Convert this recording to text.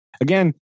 Again